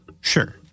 Sure